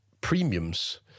premiums